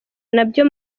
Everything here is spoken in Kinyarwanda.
nabyo